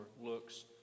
looks